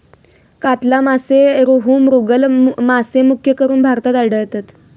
कातला मासे, रोहू, मृगल मासे मुख्यकरून भारतात आढळतत